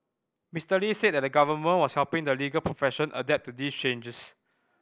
Mister Lee said that the Government was helping the legal profession adapt to these changes